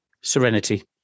Serenity